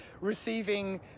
receiving